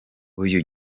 uyu